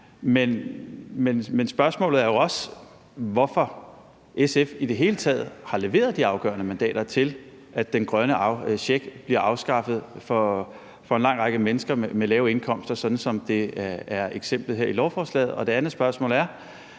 Men spørgsmålet er jo også, hvorfor SF i det hele taget har leveret de afgørende mandater til, at den grønne check bliver afskaffet for en lang række mennesker med lave indkomster, som det eksempelvis er tilfældet her i lovforslaget. Det andet spørgsmål er: